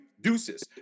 Deuces